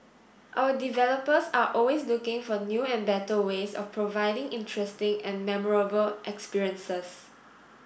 our developers are always looking for new and better ways of providing interesting and memorable experiences